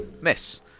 miss